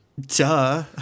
duh